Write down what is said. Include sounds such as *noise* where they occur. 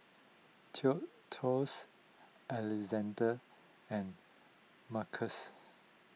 *unintelligible* Alexandre and Marcus